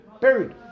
Buried